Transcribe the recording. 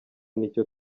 nicyo